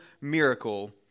miracle